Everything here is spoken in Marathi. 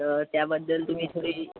तर त्याबद्दल तुम्ही थोडी